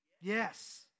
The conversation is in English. Yes